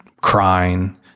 crying